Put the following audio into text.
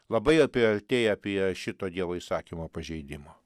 labai jie priartėja prie šito dievo įsakymo pažeidimo